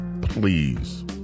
Please